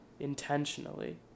intentionally